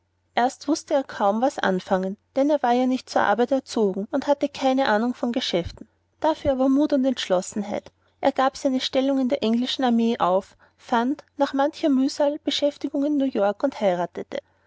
erst wußte er kaum was anfangen denn er war ja nicht zur arbeit erzogen und hatte keine ahnung von geschäften dafür aber mut und entschlossenheit er gab seine stellung in der englischen armee auf fand nach mancher mühsal beschäftigung in new york und heiratete